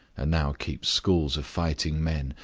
and now keeps schools of fighting-men,